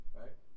right